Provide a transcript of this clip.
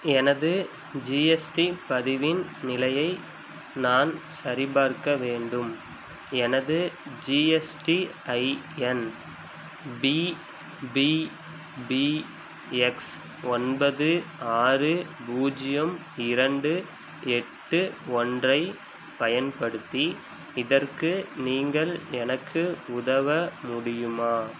எனது ஜிஎஸ்டி பதிவின் நிலையை நான் சரிபார்க்க வேண்டும் எனது GSTIN P P P X ஒன்பது ஆறு பூஜ்ஜியம் இரண்டு எட்டு ஒன்றைப் பயன்படுத்தி இதற்கு நீங்கள் எனக்கு உதவ முடியுமா